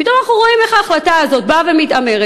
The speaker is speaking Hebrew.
פתאום אנחנו רואים איך ההחלטה הזאת באה ומתעמרת